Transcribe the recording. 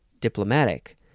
diplomatic